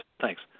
Thanks